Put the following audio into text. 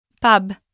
Pub